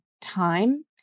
time